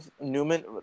Newman